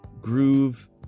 groove